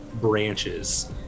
branches